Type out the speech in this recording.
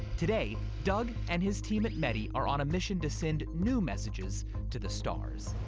today, doug and his team at meti are on a mission to send new messages to the stars.